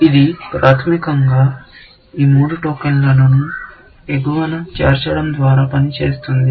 ఇది ప్రాథమికంగా ఈ మూడు టోకెన్లను ఎగువన చేర్చడం ద్వారా పనిచేస్తుంది